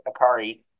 Akari